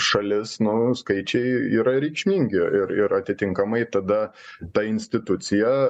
šalis nu skaičiai yra reikšmingi ir ir atitinkamai tada ta institucija